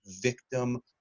victim